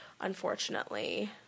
unfortunately